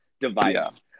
device